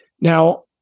Now